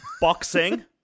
boxing